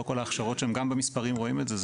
לא כל ההכשרות שם גם במספרים רואים את זה,